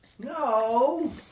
No